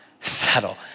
settle